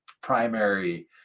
primary